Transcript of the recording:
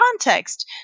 context